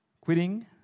Quitting